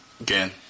again